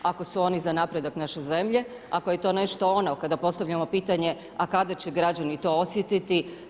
Ako su oni za napredak naše zemlje, ako je to nešto ono kada postavljamo pitanje a kada će građani to osjetiti?